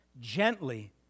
gently